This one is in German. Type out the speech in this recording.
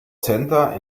center